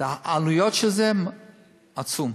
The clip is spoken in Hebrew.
העלויות של זה עצומות.